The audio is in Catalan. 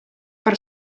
per